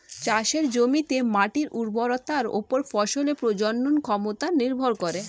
চাষের জমিতে মাটির উর্বরতার উপর ফসলের প্রজনন ক্ষমতা নির্ভর করে